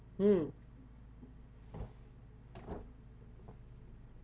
mm